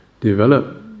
develop